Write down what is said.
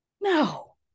no